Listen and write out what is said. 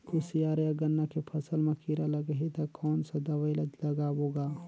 कोशियार या गन्ना के फसल मा कीरा लगही ता कौन सा दवाई ला लगाबो गा?